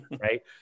Right